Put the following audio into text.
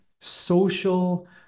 social